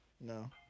No